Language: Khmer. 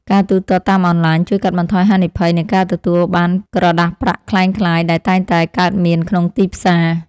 ការទូទាត់តាមអនឡាញជួយកាត់បន្ថយហានិភ័យនៃការទទួលបានក្រដាសប្រាក់ក្លែងក្លាយដែលតែងតែកើតមានក្នុងទីផ្សារ។